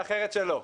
ואחרת שלא.